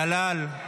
דלאל,